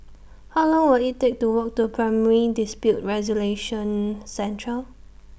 How Long Will IT Take to Walk to Primary Dispute Resolution Centre